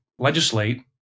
legislate